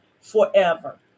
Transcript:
forever